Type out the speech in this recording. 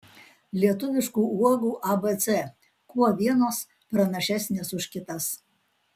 lietuviškų uogų abc kuo vienos pranašesnės už kitas